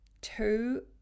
two